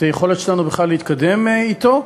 את היכולת שלנו בכלל להתקדם אתו.